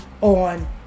on